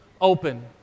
open